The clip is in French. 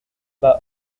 bon